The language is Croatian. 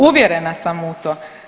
Uvjerena sam u to.